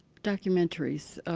documentaries,